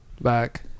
Back